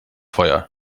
feuer